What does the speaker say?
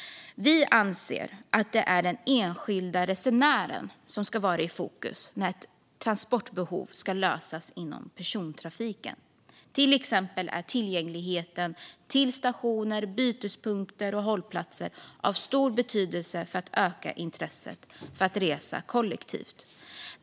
Vi anser att det är den enskilda resenären som ska vara i fokus när ett transportbehov ska lösas inom persontrafiken. Till exempel är tillgängligheten till stationer, bytespunkter och hållplatser av stor betydelse för att öka intresset för att resa kollektivt.